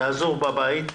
אעזור בבית,